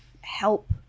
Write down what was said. help